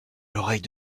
l’oreille